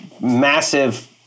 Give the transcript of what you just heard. massive